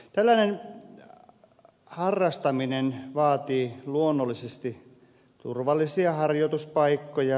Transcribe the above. tällainen harrastaminen vaatii luonnollisesti turvallisia harjoituspaikkoja